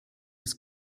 des